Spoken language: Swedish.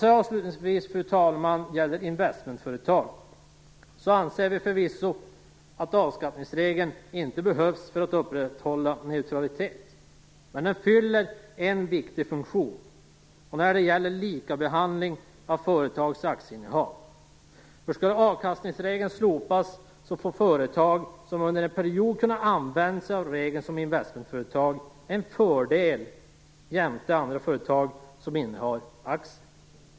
När det avslutningsvis gäller investmentföretagen anser vi förvisso att avskattningsregeln inte behövs för att upprätthålla neutralitet. Men den fyller en viktig funktion när det gäller likabehandling av företags aktieinnehav. Om avskattningsregeln slopas, får företag som under en period har kunnat använda sig av reglerna för investmentföretag en fördel gentemot andra företag som innehar aktier.